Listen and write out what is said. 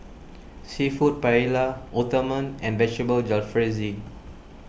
Seafood Paella Uthapam and Vegetable Jalfrezi